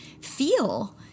feel